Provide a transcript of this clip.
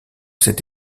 cette